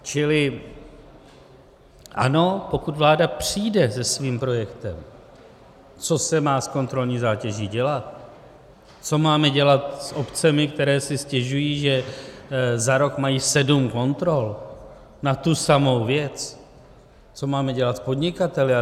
Čili ano, pokud vláda přijde se svým projektem, co se má s kontrolní zátěží dělat, co máme dělat s obcemi, které si stěžují, že za rok mají sedm kontrol na tu samou věc, co máme dělat s podnikateli.